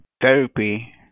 therapy